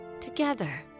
together